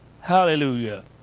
Hallelujah